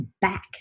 back